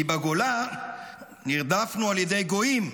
כי בגולה נרדפנו על ידי גויים,